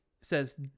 says